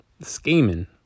scheming